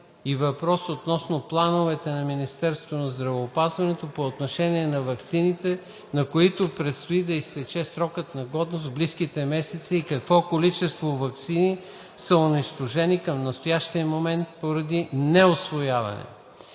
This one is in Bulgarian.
и въпрос относно плановете на Министерството на здравеопазването по отношение на ваксините, на които предстои да изтече срокът на годност в близките месеци и какво количество ваксини са унищожени към настоящия момент поради неусвояване.